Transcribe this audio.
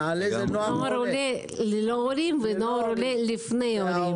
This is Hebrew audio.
נוער עולה ללא הורים ונוער עולה לפני הורים.